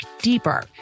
deeper